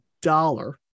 dollar